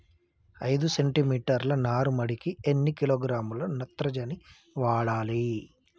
ఐదు సెంటి మీటర్ల నారుమడికి ఎన్ని కిలోగ్రాముల నత్రజని వాడాలి?